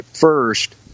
first